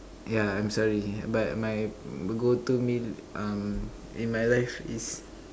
yeah I'm sorry but my go to meal um in my life is